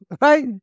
right